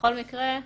בכל מקרה,